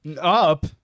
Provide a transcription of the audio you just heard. up